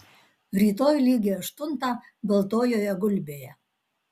rytoj lygiai aštuntą baltojoje gulbėje